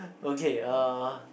okay uh